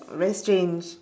very strange